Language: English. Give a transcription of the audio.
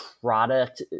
product